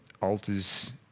alters